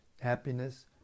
happiness